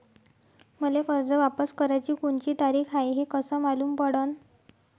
मले कर्ज वापस कराची कोनची तारीख हाय हे कस मालूम पडनं?